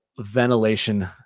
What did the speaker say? Ventilation